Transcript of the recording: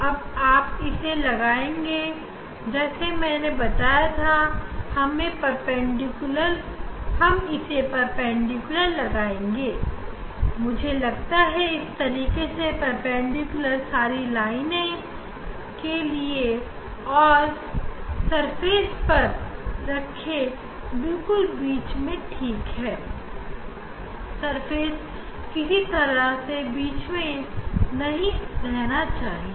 अब आप इसे लगाएँ जैसे मैंने बताया था हम परपेंडिकुलर लगाएंगे और धरातल किसी तरह बिल्कुल बीच में रहना चाहिए